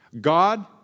God